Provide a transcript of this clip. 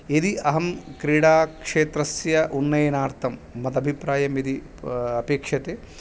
यदि अहं क्रीडाक्षेत्रस्य उन्नयनार्थं मदभिप्रायम् इति अपेक्ष्यते